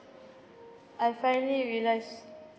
I finally realised